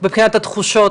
מבחינת התחושות.